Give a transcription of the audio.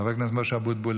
חבר הכנסת משה אבוטבול,